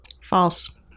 False